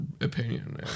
opinion